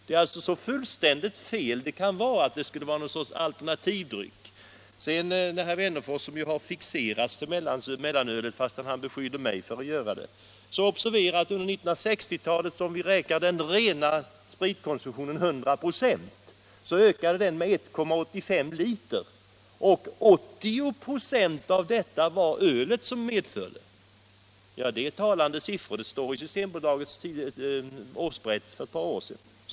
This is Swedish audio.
Det är alltså så fullständigt fel som det kan vara att mellanölet skulle vara något slags alternativdryck. Herr Wennerfors har vidare fixerat sig vid mellanölet fastän han i stället beskyller mig för att ha gjort detta. Observera att konsumtionen av alkoholhaltiga drycker under 1960-talet totalt sett ökade med 1,85 liter per person. Av denna ökning orsakades 80 96 av ölkonsumtionen. Det är talande siffror, som redovisas i Systembolagets årsberättelse för ett par år sedan.